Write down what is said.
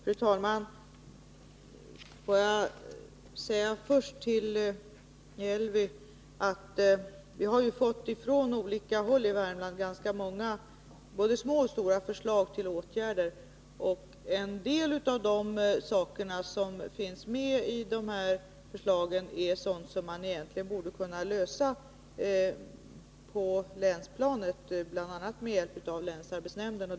Fru talman! Får jag först säga till Elvy Nilsson att vi från olika håll i Värmland har fått ganska många både små och stora förslag till åtgärder. En del av det som finns med i förslagen är sådant som man borde kunna lösa på länsplanet, bl.a. med hjälp av länsarbetsnämnden.